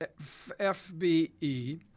FBE